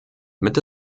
mitte